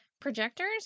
Projectors